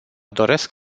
doresc